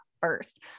first